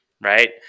Right